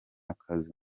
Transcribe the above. akazi